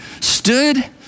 stood